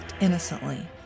innocently